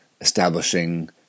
establishing